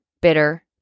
bitter